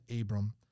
Abram